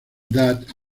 that